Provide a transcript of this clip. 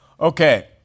Okay